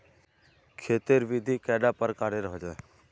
खेत तेर विधि कैडा प्रकारेर होचे?